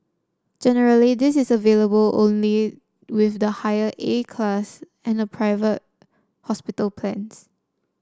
generally this is available only with the higher A class and private hospital plans